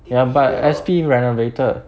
ya but S_P renovated